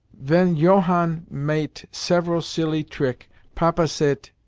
ven johann mate several silly trick papa sayt,